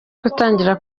gutangira